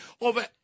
over